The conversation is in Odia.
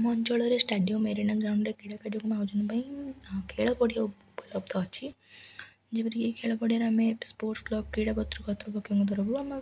ଆମ ଅଞ୍ଚଳର ଷ୍ଟାଡ଼ିୟମ୍ ମୋରନା ଗ୍ରାଉଣ୍ଡରେ କ୍ରୀଡ଼ା କାର୍ଯ୍ୟକ୍ରମଙ୍କ ଆୟୋଜନ ପାଇଁ ଖେଳ ପଡ଼ିିଆ ଉପଲବ୍ଧ ଅଛି ଯେପରିକି ଖେଳ ପଡ଼ିଆରେ ଆମେ ସ୍ପୋର୍ଟସ୍ କ୍ଲବ୍ କ୍ରୀଡ଼ା କତ୍ରୁପକ୍ଷଙ୍କ ତରଫରୁ ଆମର